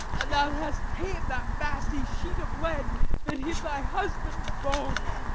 and thou hast ta'en that massy sheet of lead that hid thy husband's bones,